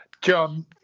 john